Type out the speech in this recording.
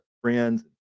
friends